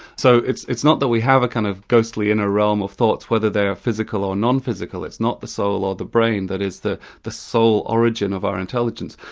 so, it's it's not that we have a kind of ghostly inner realm of thoughts whether they are physical or non-physical, it's not the soul or the brain that is the the sole origin of our intelligence,